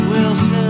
Wilson